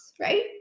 right